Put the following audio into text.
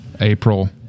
April